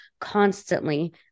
constantly